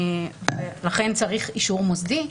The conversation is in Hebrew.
ולכן צריך אישור מוסדי.